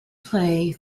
play